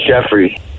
Jeffrey